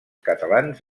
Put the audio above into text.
catalans